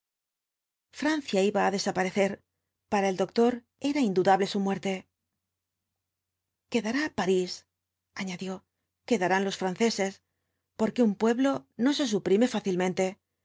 francia iba á desaparecer para el doctor era indudable su muerte quedará parís añadió quedarán los franceses porque un pueblo no se suprime fácilmente